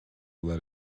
let